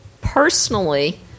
personally